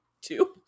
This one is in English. two